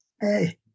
Hey